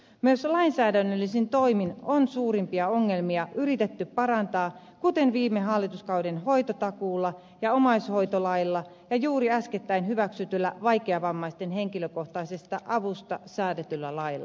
myös lainsäädännöllisin toimin on suurimpia ongelmia yritetty parantaa kuten viime hallituskauden hoitotakuulla ja omaishoitolailla ja juuri äskettäin hyväksytyllä vaikeavammaisten henkilökohtaisesta avusta säädetyllä lailla